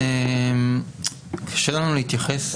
קשה לנו להתייחס.